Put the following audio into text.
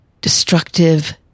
destructive